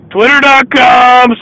Twitter.com